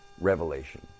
revelation